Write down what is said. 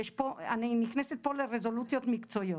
אני נכנסת פה לרזולוציות מקצועיות.